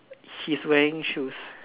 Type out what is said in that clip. he's wearing shoes